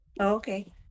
Okay